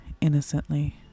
innocently